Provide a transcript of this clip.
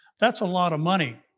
that's a lot of money.